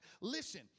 listen